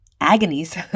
agonies